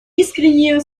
искренние